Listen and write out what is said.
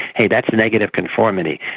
hey, that's negative conformity,